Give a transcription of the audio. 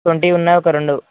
twenty ఉన్నవి ఒక రెండు